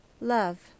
Love